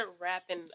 rapping